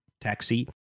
taxi